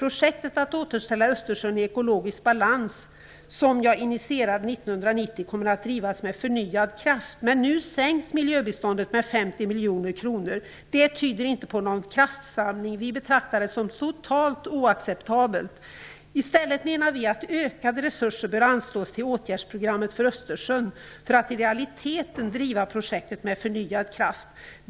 Projektet att återställa Östersjön i ekologisk balans, som jag initierade 1990, kommer att drivas med förnyad kraft." Men nu sänks miljöbiståndet med 50 miljoner kronor. Det tyder inte på någon kraftsamling. Vi betraktar det som totalt oacceptabelt. I stället menar vi att ökade resurser bör anslås till åtgärdsprogrammet för Östersjön för att man i realiteten skall kunna driva projektet med förnyad kraft.